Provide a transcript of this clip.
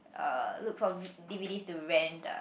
uh look for d_v_ds to rent ah